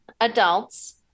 adults